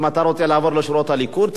אם אתה רוצה לעבור לשורות הליכוד,